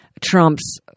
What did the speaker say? trumps